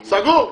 סגור.